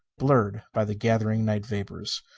blurred by the gathered night vapors.